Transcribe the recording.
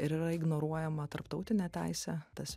ir yra ignoruojama tarptautinė teisė tas